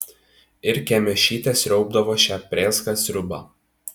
ir kemėšytė sriaubdavo šią prėską sriubą